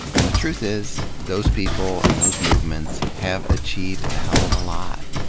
and the truth is, those people and those movements have achieved a hell of a lot.